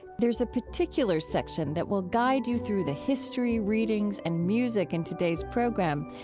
there is a particulars section that will guide you through the history, readings and music in today's program.